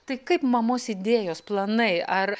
tai kaip mamos idėjos planai ar